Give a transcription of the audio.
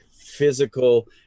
physical